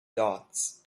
dots